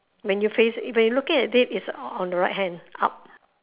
when you face when you looking at it it's on the right hand up